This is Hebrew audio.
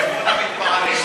תשתה מים,